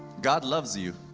god loves you.